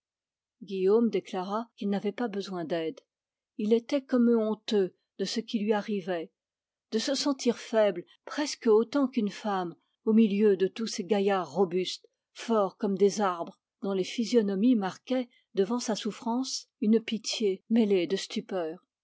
guillaume déclara qu'il n'avait pas besoin d'aide il était comme honteux de ce qui lui arrivait de se sentir faible presque autant qu'une femme au milieu de tous ces gaillards robustes forts comme des arbres dont les physionomies marquaient devant sa souffrance une pitié mêlée de stupeur